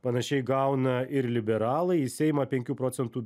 panašiai gauna ir liberalai į seimą penkių procentų